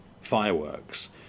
fireworks